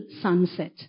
sunset